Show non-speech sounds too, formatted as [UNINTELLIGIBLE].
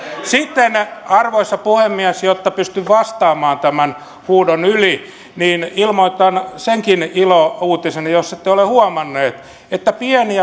sitten arvoisa puhemies jos pystyn vastaamaan tämän huudon yli ilmoitan senkin ilouutisen jos ette ole huomanneet että pieni [UNINTELLIGIBLE]